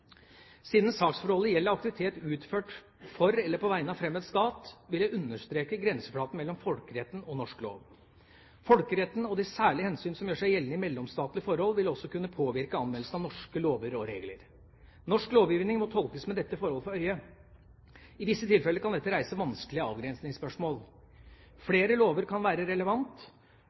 Siden saksforholdet gjelder aktivitet utført for eller på vegne av en fremmed stat, vil jeg understreke grenseflaten mellom folkeretten og norsk lov. Folkeretten og de særlige hensyn som gjør seg gjeldende i mellomstatlige forhold, vil også kunne påvirke anvendelsen av norske lover og regler. Norsk lovgivning må tolkes med dette forholdet for øyet. I visse tilfeller kan dette reise vanskelige avgrensningsspørsmål. Flere lover kan være